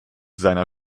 seiner